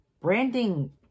branding